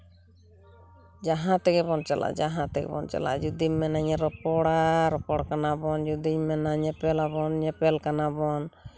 ᱡᱟᱦᱟᱸ ᱛᱮᱜᱮ ᱵᱚᱱ ᱪᱟᱞᱟᱜ ᱡᱟᱦᱟᱸ ᱛᱮᱜᱮ ᱵᱚᱱ ᱪᱟᱞᱟᱜ ᱡᱩᱫᱤᱢ ᱢᱮᱱᱟᱧ ᱨᱚᱯᱚᱲᱟ ᱨᱚᱯᱚᱲ ᱠᱟᱱᱟ ᱵᱚᱱ ᱡᱩᱫᱤᱧ ᱢᱮᱱᱟ ᱧᱮᱯᱮᱞᱟᱵᱚᱱ ᱧᱮᱯᱮᱞ ᱠᱟᱱᱟ ᱵᱚᱱ